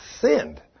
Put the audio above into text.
sinned